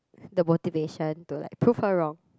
the motivation to like prove her wrong